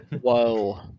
Whoa